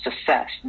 success